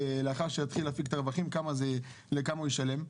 יתחיל להפיק את הרווחים כמה הוא ישלם?